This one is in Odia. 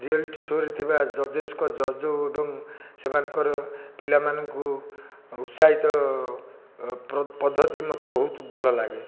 ରିଏଲିଟି ସୋ'ରେ ଥିବା ଜଜେସ୍ଙ୍କ ଜଜ୍ ଯେଉଁ ଏବଂ ସେମାନଙ୍କର ପିଲାମାନଙ୍କୁ ଉତ୍ସାହିତ ପଦ୍ଧତି ମୋତେ ବହୁତ ଭଲ ଲାଗେ